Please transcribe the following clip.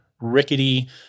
rickety